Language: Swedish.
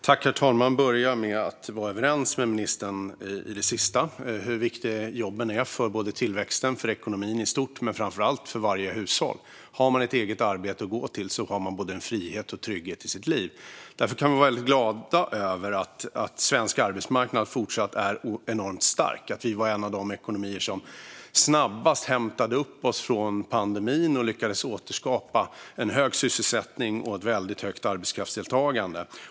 Herr talman! Jag är överens med ministern om hur viktiga jobben är för tillväxten, ekonomin i stort och framför allt hushållen. Om man har ett eget arbete att gå till har man både frihet och trygghet i sitt liv. Därför kan vi vara väldigt glada över att den svenska arbetsmarknaden är enormt stark. Vi var en av de ekonomier som snabbast hämtade sig efter pandemin och lyckades återskapa hög sysselsättning och väldigt högt arbetskraftsdeltagande.